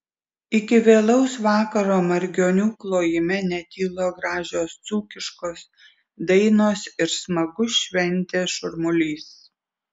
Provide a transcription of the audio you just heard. iki vėlaus vakaro margionių klojime netilo gražios dzūkiškos dainos ir smagus šventės šurmulys